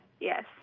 Yes